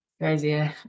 Crazy